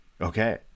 Okay